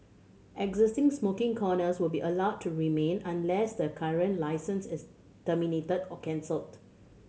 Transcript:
existing smoking corners will be allowed to remain unless the current licence is terminated or cancelled